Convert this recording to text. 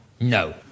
No